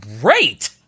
great